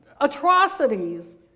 atrocities